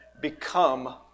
become